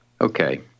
Okay